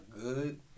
good